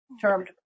termed